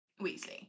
Weasley